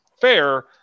fair